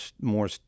more